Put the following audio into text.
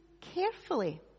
carefully